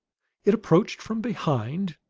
it approached from behind,